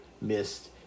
missed